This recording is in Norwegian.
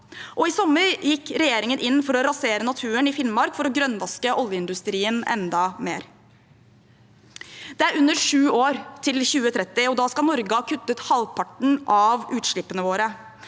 I sommer gikk regjeringen inn for å rasere naturen i Finnmark for å grønnvaske oljeindustrien enda mer. Det er under sju år til 2030. Da skal Norge ha kuttet halvparten av utslippene våre.